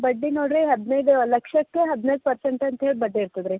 ಬಡ್ಡಿ ನೋಡಿ ರೀ ಹದಿನೈದು ಲಕ್ಷಕ್ಕೆ ಹದಿನೈದು ಪರ್ಸೆಂಟ್ ಅಂತ್ಹೇಳಿ ಬಡ್ಡಿ ಇರ್ತದೆ ರೀ